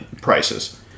prices